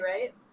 right